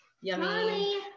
yummy